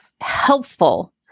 helpful